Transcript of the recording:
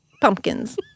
Pumpkins